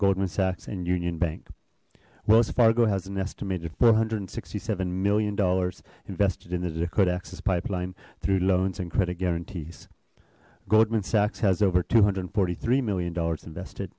goldman sachs and union bank wells fargo has an estimated four hundred and sixty seven million dollars invested in the dakota access pipeline through loans and credit guarantees goldman sachs has over two hundred and forty three million dollars invested